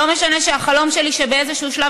לא משנה שהחלום שלי הוא שבאיזשהו שלב,